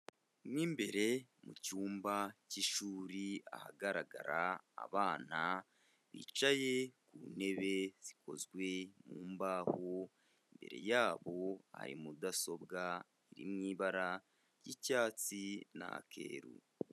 Mo imbere mu cyumba cy'ishuri ahagaragara abana bicaye ku ntebe zikozwe mu mbaho, imbere yabo hari mudasobwa iri mu ibara ry'icyatsi n'akeru.